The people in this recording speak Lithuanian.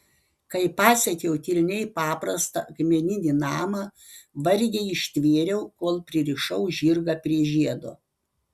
kai pasiekiau kilniai paprastą akmeninį namą vargiai ištvėriau kol pririšau žirgą prie žiedo